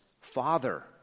father